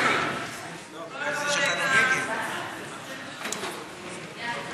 את הצעת חוק הגנת הצרכן (תיקון,